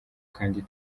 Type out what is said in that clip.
kandi